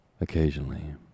Occasionally